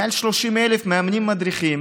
מעל 30,000 מאמנים-מדריכים